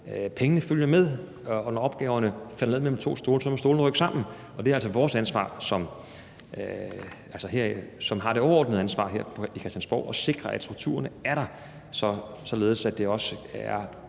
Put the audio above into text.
pengene følger med. Når opgaverne falder ned mellem to stole, må stolene rykke sammen. Og det er altså vores ansvar – os, som har det overordnede ansvar her på Christiansborg – at sikre, at strukturerne er der, således at det også på